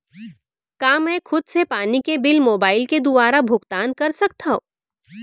का मैं खुद से पानी के बिल मोबाईल के दुवारा भुगतान कर सकथव?